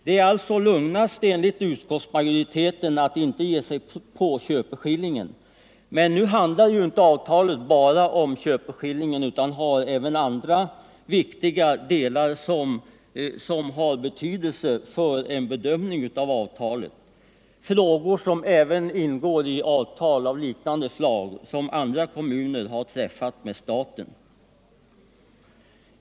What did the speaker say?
Det är alltså lugnast, enligt reservanterna, att inte ge sig på köpeskillingen. Men nu handlar ju inte avtalet inte bara om köpeskillingen utan har även andra viktiga delar av betydelse för en bedömning av avtalet —- frågor som också ingår i avtal av liknande slag som andra kommuner har träffat med staten.